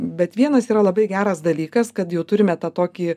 bet vienas yra labai geras dalykas kad jau turime tą tokį